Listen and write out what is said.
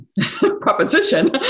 proposition